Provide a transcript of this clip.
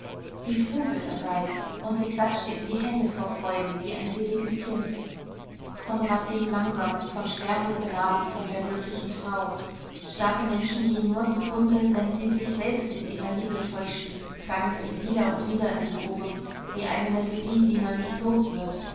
wie froh wird er sein und sie klatschte in die hände vor freuden wie ein seliges kind konrad ging langsam von schwermut beladen von der glücklichen frau starke menschen gehen nur zugrunde wenn sie sich selbst in ihrer liebe täuschten klang es ihm wieder und wieder in den ohren wie eine melodie die man nicht los wird